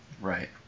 Right